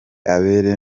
abere